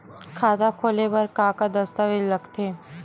खाता खोले बर का का दस्तावेज लगथे?